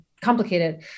complicated